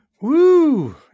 Woo